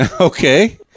Okay